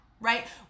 right